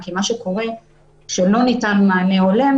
כי מה שקורה כשלא ניתן מענה הולם,